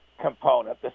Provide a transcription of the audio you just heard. component